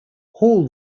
hall